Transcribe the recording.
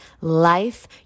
life